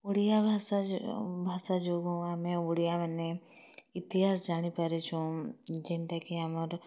ଓଡ଼ିଆ ଭାଷା ଭାଷା ଯେଉଁ ଆମେ ଓଡ଼ିଆମାନେ ଇତିହାସ ଜାଣିପାରିଚୁଁ ଜେନ୍ଟାକି ଆମର୍